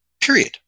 Period